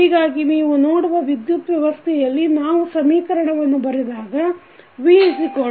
ಹೀಗಾಗಿ ನೀವು ನೋಡುವ ವಿದ್ಯುತ್ ವ್ಯವಸ್ಥೆಯಲ್ಲಿ ನಾವು ಸಮೀಕರಣವನ್ನು ಬರೆದಾಗ VRiLdidt1Cidt ಆಗುತ್ತದೆ